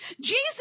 Jesus